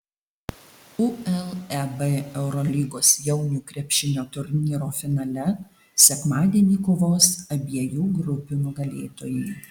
uleb eurolygos jaunių krepšinio turnyro finale sekmadienį kovos abiejų grupių nugalėtojai